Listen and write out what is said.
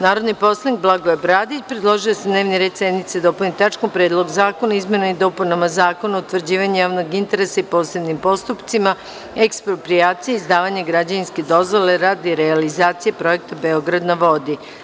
Narodni poslanik dr Blagoje Bradić predložio je da se dnevni red sednice dopuni tačkom - PREDLOG ZAKONA O IZMENAMA I DOPUNAMA ZAKONA O UTVRĐIVANjU JAVNOG INTERESA I POSEBNIM POSTUPCIMA EKSPROPRIJACIJE I IZDAVANjA GRAĐEVINSKE DOZVOLE RADI REALIZACIJE PROJEKTA „BEOGRAD NA VODI“